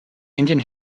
indian